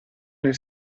nel